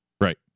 right